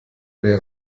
wer